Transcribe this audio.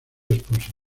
esposa